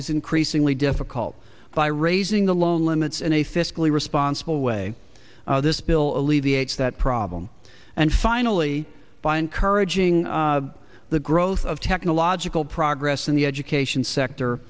is increasingly difficult by raising the loan limits in a fiscally responsible way this bill alleviates that problem and finally find courage ing the growth of technological progress in the education sector